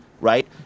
right